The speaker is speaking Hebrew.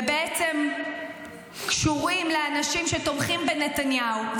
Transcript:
ובעצם קשורים לאנשים שתומכים בנתניהו,